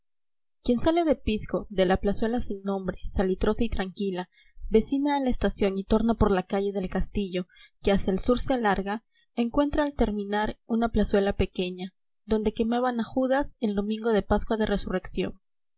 quien sale de pisco de la plazuela sin nombre salitrosa y tranquila vecina a la estación y torna por la calle del castillo que hacia el sur se alarga encuentra al terminar una plazuela pequeña donde quemaban a judas el domingo de pascua de resurrección